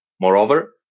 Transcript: Moreover